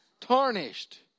Tarnished